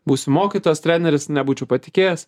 būsi mokytojas treneris nebūčiau patikėjęs